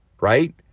right